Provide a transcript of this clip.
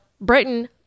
Britain